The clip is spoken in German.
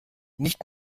nicht